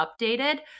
updated